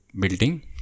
building